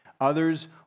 Others